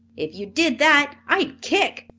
if you did that, i'd kick,